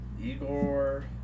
Igor